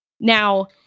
Now